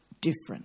different